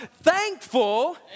thankful